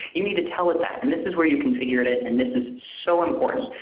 you need to tell it that. and this is where you configured it. and this is so important,